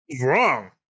wrong